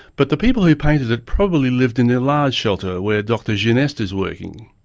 but the people who painted it probably lived in their large shelter where dr geneste is working.